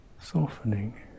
softening